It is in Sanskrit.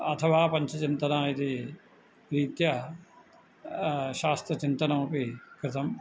अथवा पञ्चचिन्तना इति रीत्या शास्त्रचिन्तनमपि कृतम्